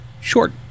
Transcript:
short